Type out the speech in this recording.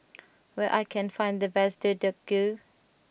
where I can find the best Deodeok Gui